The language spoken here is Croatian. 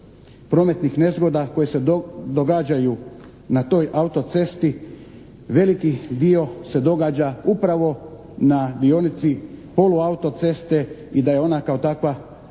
prometnih nezgoda koje se događaju na toj autocesti veliki dio se događa upravo na dionici poluautoceste i da je ona kao takva